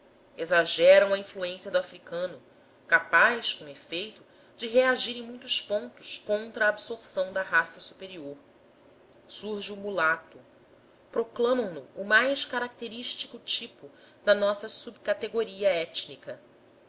exageram a influência do africano capaz com efeito de reagir em muitos pontos contra a absorção da raça superior surge o mulato proclamam no o mais característico tipo da nossa subcategoria étnica